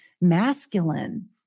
masculine